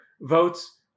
votes